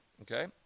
okay